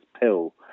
pill